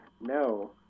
No